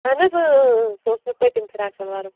اہن حظ سُہ اوس مےٚ پٔتِم فِراک شلوار